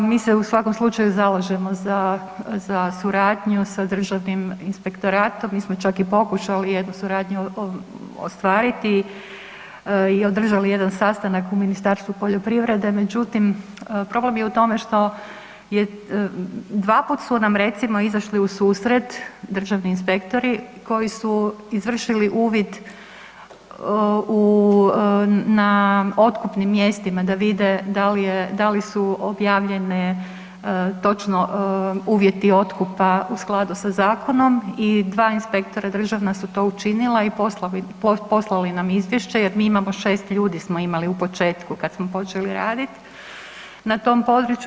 Pa mi se u svakom slučaju zalažemo za suradnju sa Državnim inspektoratom, mi smo čak i pokušali jednu suradnju ostvariti i održali jedan sastanak u Ministarstvu poljoprivrede, međutim, problem je u tome što je, dvaput su recimo izašli u susret, državni inspektori koji su izvrši uvid na otkupnim mjestima da vide da li je, da li su objavljene točno uvjeti otkupa u skladu sa zakonom i dva inspektora državna su to učinila i poslali nam izvješće jer mi imamo 6 ljudi smo imali u početku, kad smo počeli raditi na tom području.